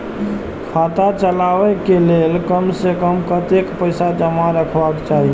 खाता चलावै कै लैल कम से कम कतेक पैसा जमा रखवा चाहि